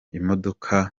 imodoka